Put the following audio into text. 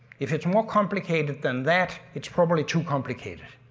if it's more complicated than that, it's probably too complicated.